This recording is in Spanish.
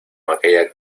aquella